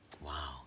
Wow